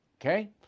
okay